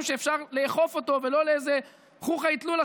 שאפשר לאכוף אותו ולא לאיזה חוכא ואטלולא,